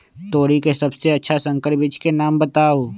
तोरी के सबसे अच्छा संकर बीज के नाम बताऊ?